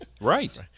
Right